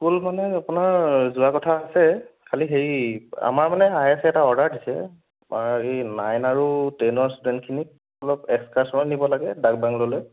কোন মানে আপোনাৰ যোৱা কথা আছে খালি হেৰি আমাৰ মানে আই এ এছে এটা অৰ্দাৰ দিছে হেৰি নাইন আৰু টেনৰ ষ্টুডেণ্ট খিনিক অলপ এছকাৰছনত নিব লাগে ডাকবাংলোলৈ